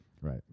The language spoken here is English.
Right